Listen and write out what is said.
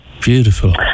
beautiful